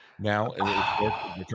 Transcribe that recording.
now